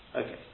Okay